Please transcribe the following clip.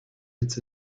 its